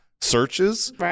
searches